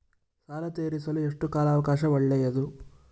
ಸಾಲ ತೇರಿಸಲು ಎಷ್ಟು ಕಾಲ ಅವಕಾಶ ಒಳ್ಳೆಯದು?